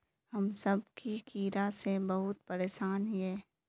हम सब की कीड़ा से बहुत परेशान हिये?